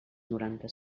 noranta